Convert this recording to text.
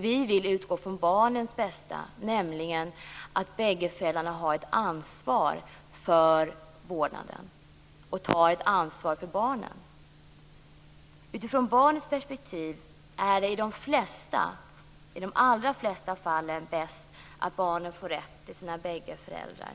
Vi vill utgå från barnens bästa, nämligen att bägge föräldrarna har ett ansvar för vårdnaden och ett ansvar för barnen. Utifrån barnens perspektiv är det i de allra flesta fall bäst att barnen får rätt till sina bägge föräldrar.